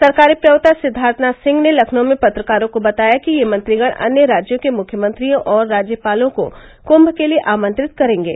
सरकारी प्रवक्ता सिद्वार्थनाथ सिंह ने लखनऊ में पत्रकारों को बताया कि ये मंत्रिगण अन्य राज्यों के मुख्यमंत्रियों और राज्यपालों को कुम के लिए आमंत्रित करेंगे